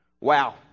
Wow